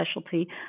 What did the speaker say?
specialty